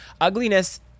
Ugliness